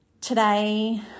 Today